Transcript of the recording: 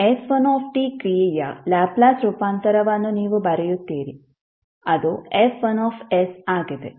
f1 ಕ್ರಿಯೆಯ Laplace ರೂಪಾಂತರವನ್ನು ನೀವು ಬರೆಯುತ್ತೀರಿ ಅದು F1 ಆಗಿದೆ